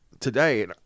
Today